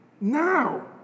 Now